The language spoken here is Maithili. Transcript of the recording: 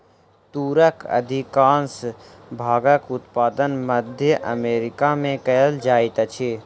तूरक अधिकाँश भागक उत्पादन मध्य अमेरिका में कयल जाइत अछि